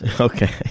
Okay